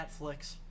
netflix